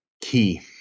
key